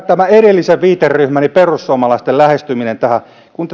tämä edellisen viiteryhmäni perussuomalaisten lähestyminen tähän kun